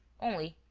only,